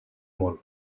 molt